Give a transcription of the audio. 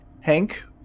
Hank